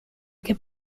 che